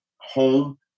home